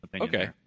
okay